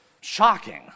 shocking